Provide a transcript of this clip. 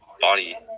body